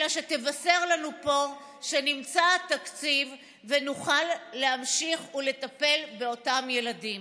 אלא שתבשר לנו פה שנמצא התקציב ונוכל להמשיך ולטפל באותם ילדים.